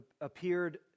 appeared